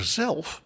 zelf